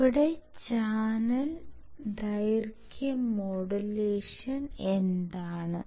ഇവിടെ ചാനൽ ദൈർഘ്യ മോഡുലേഷൻ എന്താണ്